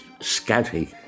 scatty